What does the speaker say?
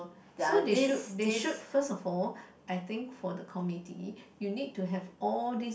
so they should they should first of all I think for the committee you need to have all these